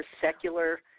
secular